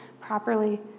properly